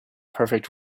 perfect